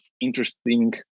interesting